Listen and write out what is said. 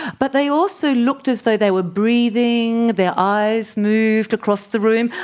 but they also looked as though they were breathing, their eyes moved across the room.